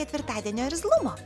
ketvirtadienio irzlumo